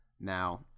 Now